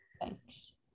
Thanks